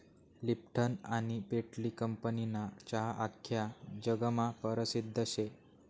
Lipton आनी पेटली कंपनीना चहा आख्खा जगमा परसिद्ध शे